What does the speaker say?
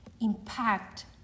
impact